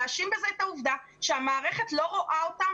להאשים את העובדה שהמערכת לא רואה אותם